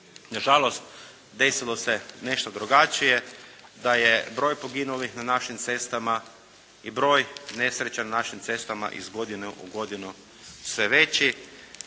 Nažalost, desilo se nešto drugačije, da je broj poginulih na našim cestama i broj nesreća na našim cestama iz godine u godinu sve veći.